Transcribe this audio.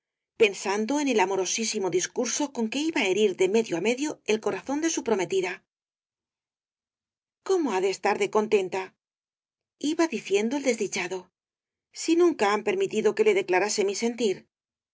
pensando en el amorosísimo discurso con que iba á herir de medio á medio el corazón de su prometida cómo ha de estar contentaiba diciendo el desdichado si nunca han permitido que le declarase mi sentir